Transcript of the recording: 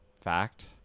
fact